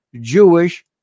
jewish